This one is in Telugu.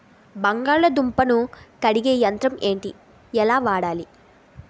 బంగాళదుంప ను కడిగే యంత్రం ఏంటి? ఎలా వాడాలి?